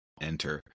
enter